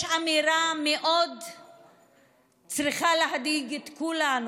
יש אמירה שצריכה להדאיג את כולנו.